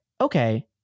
okay